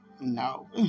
no